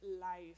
life